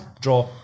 Draw